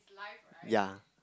yeah